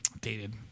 dated